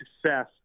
success